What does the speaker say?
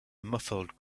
muffled